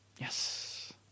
Yes